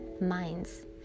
minds